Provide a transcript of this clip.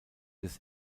des